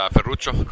Ferruccio